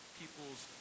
people's